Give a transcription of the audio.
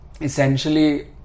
essentially